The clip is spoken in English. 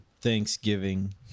Thanksgiving